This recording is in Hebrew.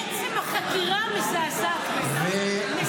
עצם החקירה מזעזעת בעיניי.